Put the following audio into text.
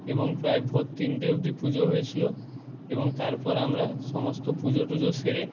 এবং প্রায় ভোর তিনটে অব্দি পুজো হয়েছিলো এবং তারপর আমরা সমস্ত পুজো টুজো সেরে